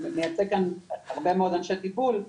מייצג כאן הרבה מאוד אנשי טיפול,